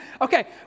Okay